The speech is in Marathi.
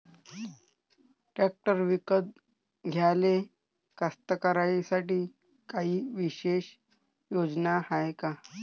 ट्रॅक्टर विकत घ्याले कास्तकाराइसाठी कायी विशेष योजना हाय का?